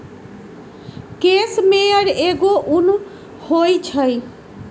case मेयर एगो उन होई छई